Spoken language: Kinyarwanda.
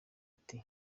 ati